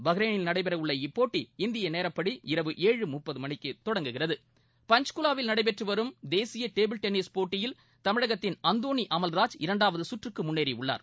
பஹ்ரைனில் நடைபெறவுள்ள இப்போட்டி இந்திய நேரப்படி இரவு ஏழரை மணிக்கு தொடங்குகிறது பஞ்ச்குலாவில் நடைபெற்று வரும் தேசிய டேபிள் டென்னிஸ் போட்டியில் தமிழகத்தின் அந்தோணி அமல்ராஜ் இரண்டாவது சுற்றுக்கு முன்னேறியுள்ளார்